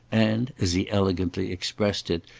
and, as he elegantly expressed it,